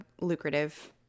lucrative